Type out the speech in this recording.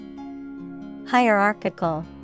Hierarchical